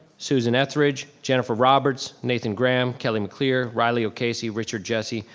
susan etheridge, jennifer roberts, nathan graham, kelly mclear, riley ocasey, richard jessie,